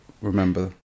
remember